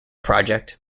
project